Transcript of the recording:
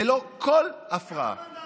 ללא כל הפרעה,